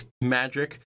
magic